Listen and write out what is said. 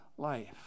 life